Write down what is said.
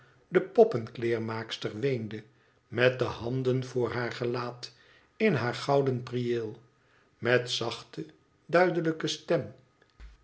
de poppenkleermaakster weende met de handen voor haar gelaat in haar gouden prieel met zachte duidelijke stem